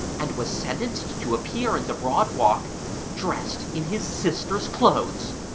and was sentenced to appear in the broad walk dressed in his sister's clothes.